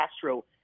Castro